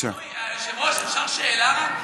היושב-ראש, אפשר שאלה?